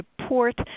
support